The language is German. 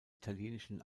italienischen